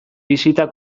bisita